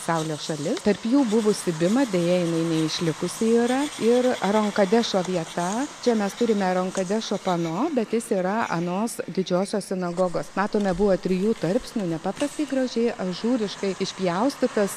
pasaulio šalis tarp jų buvusi bima deja jinai neišlikusi yra ir aronkadešo vieta čia mes turime aronkadešo pano bet jis yra anos didžiosios sinagogos matome buvo trijų tarpsnių nepaprastai gražiai ažūriškai išpjaustytas